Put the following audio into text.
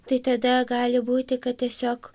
tai tada gali būti kad tiesiog